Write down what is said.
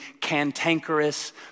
cantankerous